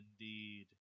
indeed